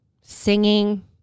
singing